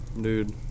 Dude